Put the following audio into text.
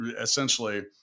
essentially